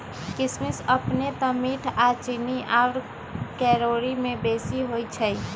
किशमिश अपने तऽ मीठ आऽ चीन्नी आउर कैलोरी में बेशी होइ छइ